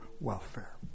welfare